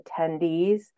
attendees